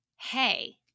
hey